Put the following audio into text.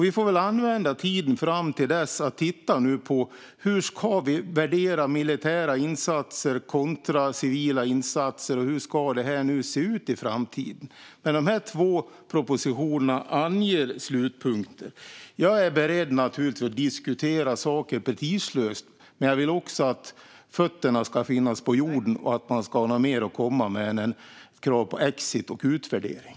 Vi får väl använda tiden fram till dess till att titta på hur vi ska värdera militära insatser kontra civila insatser och hur detta ska se ut i framtiden. Men dessa två propositioner anger slutpunkter. Jag är naturligtvis beredd att diskutera saker prestigelöst, men jag vill också att fötterna ska finnas på jorden och att man ska ha något mer att komma med än krav på exit och utvärdering.